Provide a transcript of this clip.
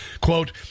quote